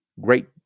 Great